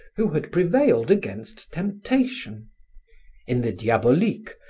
who had prevailed against temptations in the diaboliques,